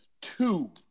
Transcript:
Two